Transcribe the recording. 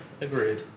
agreed